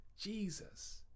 Jesus